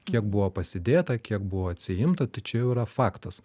kiek buvo pasidėta kiek buvo atsiimta tai čia jau yra faktas